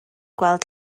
gweld